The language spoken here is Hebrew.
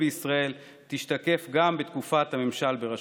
וישראל תשתקף גם בתקופת הממשל בראשותו.